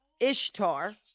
Ishtar